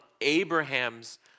Abraham's